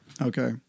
Okay